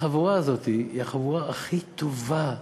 החבורה הזאת היא החבורה הכי טובה באקדמיה.